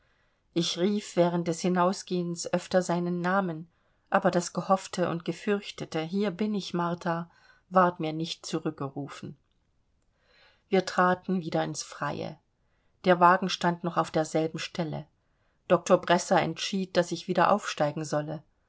ich rief während des hinausgehens öfter seinen namen aber das gehoffte und gefürchtete hier bin ich martha ward mir nicht zurückgerufen wir traten wieder ins freie der wagen stand noch auf derselben stelle doktor bresser entschied daß ich wieder aufsteigen solle